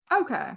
okay